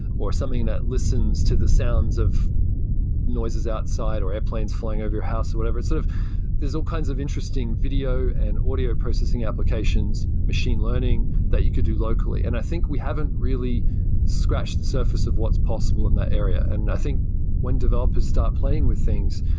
or something that listens to the sounds of noises outside, or airplanes flying over your house or whatever sort of there's all kinds of interesting video and audio processing applications machine learning that you could do locally. and i think we haven't really scratched the surface of what's possible in that area. and i think when developers start playing with things,